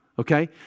Okay